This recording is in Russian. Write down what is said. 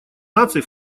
наций